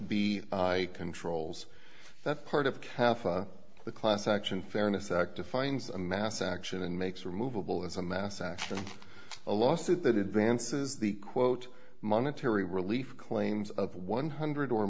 b i controls that part of cafe the class action fairness act defines a mass action and makes removable as a mass action a lawsuit that advances the quote monetary relief claims of one hundred or